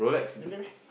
really meh